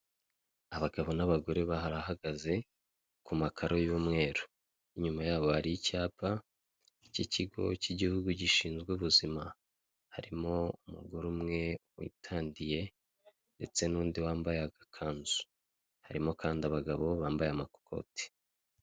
Handitseho irembo ahatangirwa ubufasha ku birebana no kwiyandikisha cyangwa se mu kwishyura imisoro, kwifotoza n'ibindi bijye bitandukanye.